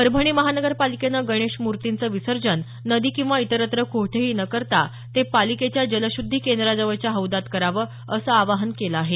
परभणी महानगरपालिकेनं गणेश मूर्तींचं विसर्जन नदी किंवा इतरत्र कोठेही न करता ते पालिकेच्या जलशुध्दी केंद्राजवळच्या हौदात करावं असं आवाहन केलं आहे